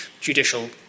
judicial